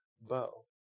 bow